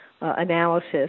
analysis